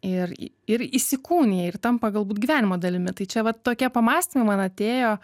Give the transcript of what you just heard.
ir ir įsikūnija ir tampa galbūt gyvenimo dalimi tai čia vat tokie pamąstymai man atėjo